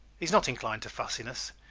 is not inclined to fussiness.